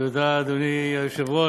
תודה, אדוני היושב-ראש.